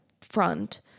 front